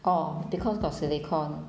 orh because got silicon